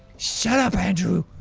shut up andrew.